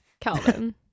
Calvin